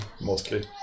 mostly